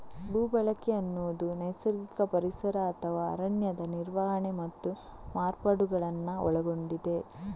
ಭೂ ಬಳಕೆ ಅನ್ನುದು ನೈಸರ್ಗಿಕ ಪರಿಸರ ಅಥವಾ ಅರಣ್ಯದ ನಿರ್ವಹಣೆ ಮತ್ತು ಮಾರ್ಪಾಡುಗಳನ್ನ ಒಳಗೊಂಡಿದೆ